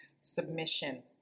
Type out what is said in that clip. Submission